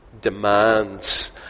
demands